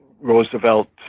Roosevelt